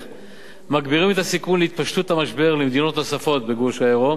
מגבירים את הסיכון להתפשטות המשבר למדינות נוספות בגוש היורו